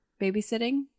babysitting